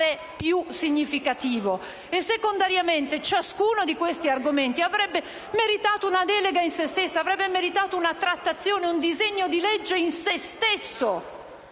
più significativo e secondariamente ciascuno di questi argomenti avrebbe meritato una delega a sé, avrebbe meritato una trattazione, un disegno di legge a sé,